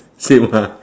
same ah